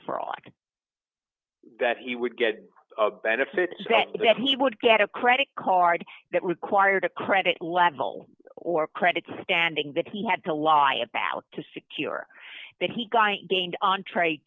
fraud that he would get a benefit that he would get a credit card that required a credit level or credit standing that he had to lie about to secure that he guy gained entree